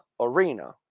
arena